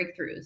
Breakthroughs